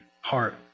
heart